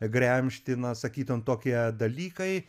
gremžti na sakytum kad tokie dalykai